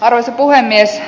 arvoisa puhemies